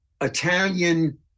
Italian